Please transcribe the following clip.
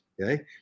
okay